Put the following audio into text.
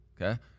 Okay